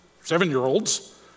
seven-year-olds